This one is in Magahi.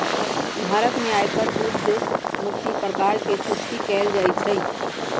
भारत में आयकर उद्धमुखी प्रकार से जुकती कयल जाइ छइ